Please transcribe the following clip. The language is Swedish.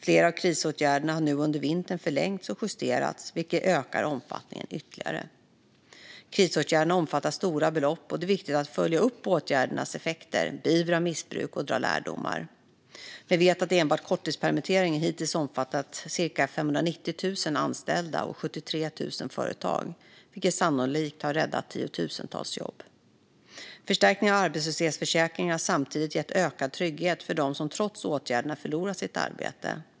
Flera av krisåtgärderna har nu under vintern förlängts och justerats, vilket ökar omfattningen ytterligare. Krisåtgärderna omfattar stora belopp, och det är viktigt att följa upp åtgärdernas effekter, beivra missbruk och dra lärdomar. Vi vet att enbart korttidspermitteringen hittills har omfattat cirka 590 000 anställda och 73 000 företag, vilket sannolikt har räddat tiotusentals jobb. Förstärkningarna av arbetslöshetsförsäkringen har samtidigt gett ökad trygghet för dem som trots åtgärderna har förlorat sitt arbete.